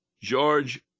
George